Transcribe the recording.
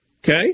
Okay